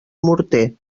morter